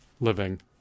living